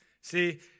See